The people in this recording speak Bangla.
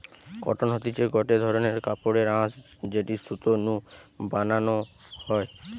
কটন হতিছে গটে ধরণের কাপড়ের আঁশ যেটি সুতো নু বানানো হয়